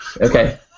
Okay